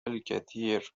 الكثير